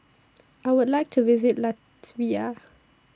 I Would like to visit Latvia